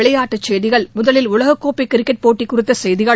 விளையாட்டுச் செய்திகள் முதலில் உலக கோப்பை கிரிக்கெட் போட்டி குறித்த செய்திகள்